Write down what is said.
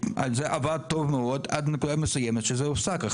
זה עבר טוב מאוד עד לנקודה מסוימת שזה הופסק.